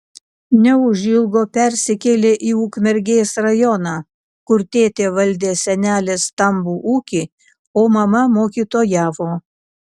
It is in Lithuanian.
neužilgo persikėlė į ukmergės rajoną kur tėtė valdė senelės stambų ūkį o mama mokytojavo